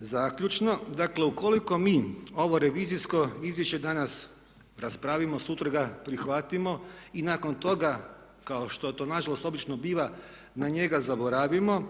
Zaključno. Dakle, ukoliko mi ovo revizijsko izvješće danas raspravimo sutra ga prihvatimo i nakon toga kao što to na žalost obično biva na njega zaboravimo